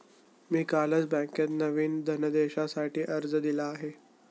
मी कालच बँकेत नवीन धनदेशासाठी अर्ज दिला आहे